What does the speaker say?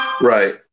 right